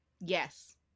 yes